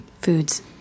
foods